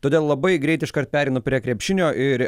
todėl labai greit iškart pereinu prie krepšinio ir